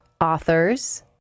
authors